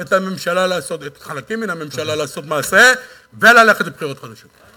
את הממשלה או חלקים מהממשלה לעשות מעשה וללכת לבחירות חדשות.